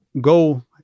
go